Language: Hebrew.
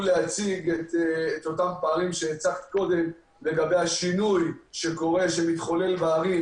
להציג את אותם פערים לגבי השינוי שמתחולל בערים